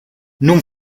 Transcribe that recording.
non